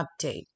update